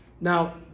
Now